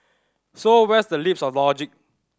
so where's the leaps of logic